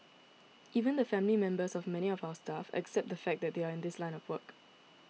even the family members of many of our staff accept the fact that they are in this line of work